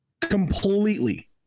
completely